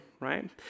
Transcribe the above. right